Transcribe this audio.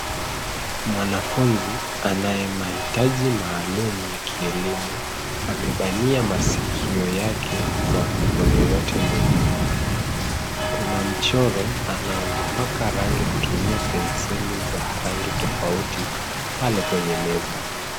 Mwanafunzi anaye mahitaji maalum ya kielimu, amebania masikio yake kwa mikono yote miwili. Kuna mchoro anaoupaka rangi kutumia penseli za rangi tofauti pale kwenye meza.